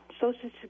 Social